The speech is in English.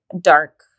dark